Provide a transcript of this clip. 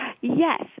Yes